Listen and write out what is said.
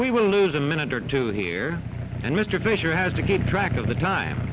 we will lose a minute or two here and mr fisher has to keep track of the time